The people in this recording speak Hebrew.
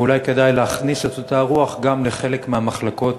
ואולי כדאי להכניס את אותה רוח גם לחלק מהמחלקות